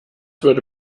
würde